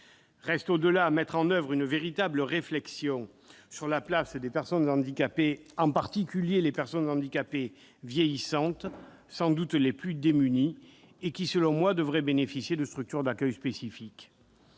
Reste au-delà à mettre en oeuvre une véritable réflexion sur la place des personnes handicapées, en particulier les personnes handicapées vieillissantes, sans doute les plus démunies ; selon moi, elles devraient bénéficier de structures d'accueil spécifiques.